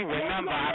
Remember